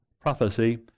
prophecy